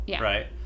Right